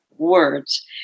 words